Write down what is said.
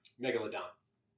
Megalodon